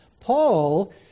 Paul